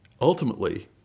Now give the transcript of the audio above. ultimately